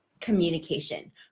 communication